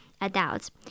adults